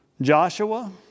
Joshua